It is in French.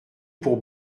pour